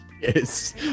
Yes